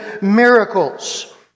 miracles